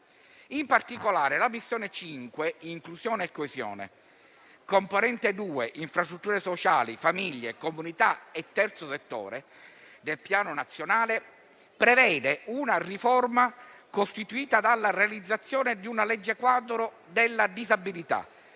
In particolare, la missione 5, Inclusione e Coesione, alla componente 2, Infrastrutture sociali, famiglie, comunità e Terzo settore, del Piano nazionale, prevede una riforma costituita dalla realizzazione di una legge quadro della disabilità,